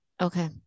okay